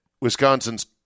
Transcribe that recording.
wisconsin's